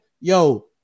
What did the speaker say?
yo